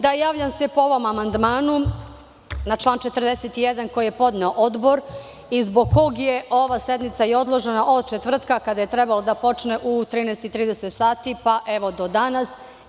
Da, javljam se po ovom amandmanu na član 41. koji je podneo Odbor i zbog kog je ova sednica i odložena od četvrtka kada je trebalo da počne u 13.30 sati pa evo do danas.